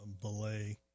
belay